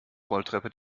rolltreppe